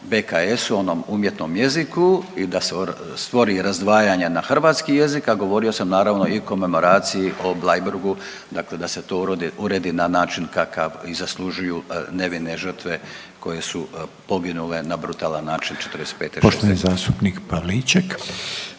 BKS-u onom umjetnom jeziku i da se stvori razdvajanje na hrvatski jezik, a govorio sam naravno i o komemoraciji o Bleiburgu dakle da se to uredi na način kakav i zaslužuju nevine žrtve koje su poginule na brutalan način '45., '46.